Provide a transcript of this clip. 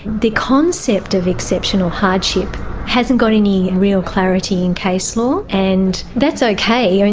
the concept of exceptional hardship hasn't got any real clarity in case law, and that's okay, i mean,